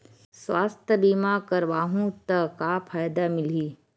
सुवास्थ बीमा करवाहू त का फ़ायदा मिलही?